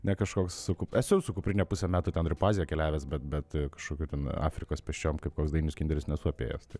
ne kažkoks su esu su kuprine pusę metų ten ir po aziją keliavęs bet bet kažkokių ten afrikos pėsčiom kaip koks dainius kinderis nesu apėjęs tai